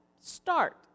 Start